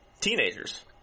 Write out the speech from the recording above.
teenagers